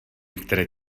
které